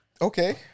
Okay